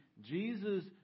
Jesus